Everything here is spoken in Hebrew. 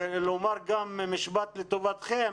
לומר גם משפט לטובתכם,